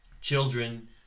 children